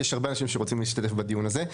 כי יש הרבה אנשים שרוצים להשתתף בדיון הזה.